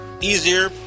easier